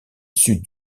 sud